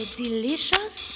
delicious